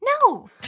No